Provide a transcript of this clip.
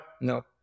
no